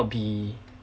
be